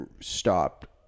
stopped